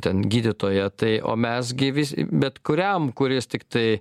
ten gydytoja tai o mes gi vis bet kuriam kuris tiktai